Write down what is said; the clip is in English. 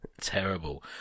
terrible